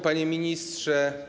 Panie Ministrze!